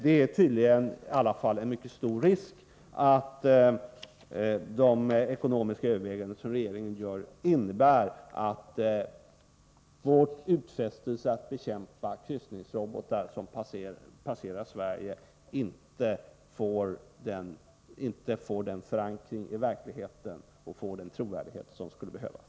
Det är tydligen i alla fall en mycket stor risk att de ekonomiska överväganden som regeringen gör innebär att vår utfästelse att bekämpa kryssningsrobotar som passerar Sverige inte får den förankring i verkligheten och den trovärdighet som skulle behövas.